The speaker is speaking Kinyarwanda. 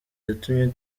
yatumye